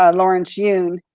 ah lawrence yun,